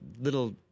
little